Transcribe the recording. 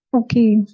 okay